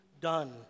done